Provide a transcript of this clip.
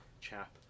chap